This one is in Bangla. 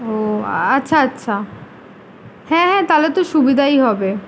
ও আচ্ছা আচ্ছা হ্যাঁ হ্যাঁ তাহলে তো সুবিধাই হবে